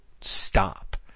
stop